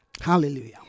Hallelujah